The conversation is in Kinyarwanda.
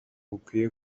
bukwiye